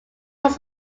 was